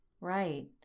Right